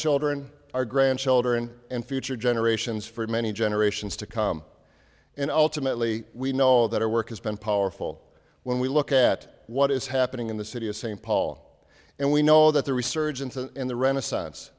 children our grandchildren and future generations for many generations to come and ultimately we know that our work has been powerful when we look at what is happening in the city of st paul and we know that the resurgence and the renaissance